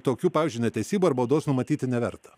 tokių pavyzdžiui netesybų ar baudos numatyti neverta